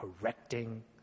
correcting